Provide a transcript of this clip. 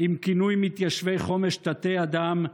עם כינוי מתיישבי חומש "תתי-אדם",